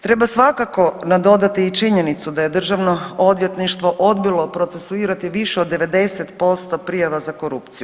Treba svakako nadodati i činjenicu da je državno odvjetništvo odbilo procesuirati više od 90% prijava za korupciju.